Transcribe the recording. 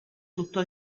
tutto